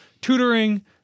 tutoring